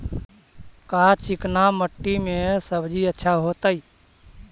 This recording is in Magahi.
का चिकना मट्टी में सब्जी अच्छा होतै?